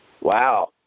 Wow